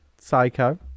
Psycho